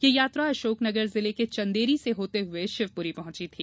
ये यात्रा अशोक नगर जिले के चंदेरी से होते हुये शिवपुरी पहुंची थी